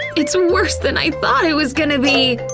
it's worse than i thought it was gonna be!